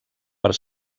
per